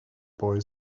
boy